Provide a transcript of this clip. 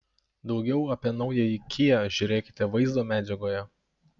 daugiau apie naująjį kia žiūrėkite vaizdo medžiagoje